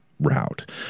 Route